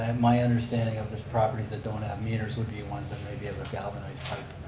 and my understanding of the properties that don't have meters would be ones that maybe have a galvanized pipe,